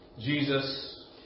Jesus